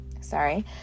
sorry